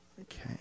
Okay